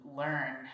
learn